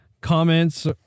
comments